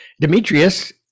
Demetrius